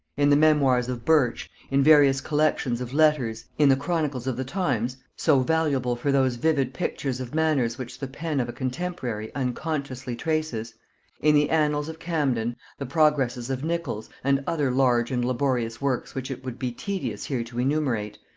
in the memoirs of birch, in various collections of letters, in the chronicles of the times so valuable for those vivid pictures of manners which the pen of a contemporary unconsciously traces in the annals of camden, the progresses of nichols, and other large and laborious works which it would be tedious here to enumerate,